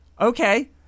Okay